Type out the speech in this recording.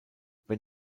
wenn